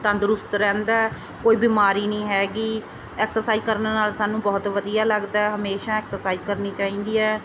ਤੰਦਰੁਸਤ ਰਹਿੰਦਾ ਕੋਈ ਬਿਮਾਰੀ ਨਹੀਂ ਹੈਗੀ ਐਕਸਰਸਾਈਜ਼ ਕਰਨ ਨਾਲ ਸਾਨੂੰ ਬਹੁਤ ਵਧੀਆ ਲੱਗਦਾ ਹਮੇਸ਼ਾਂ ਐਕਸਰਸਾਈਜ਼ ਕਰਨੀ ਚਾਹੀਦੀ ਹੈ